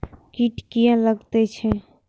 कीट किये लगैत छै?